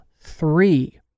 three